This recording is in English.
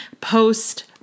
post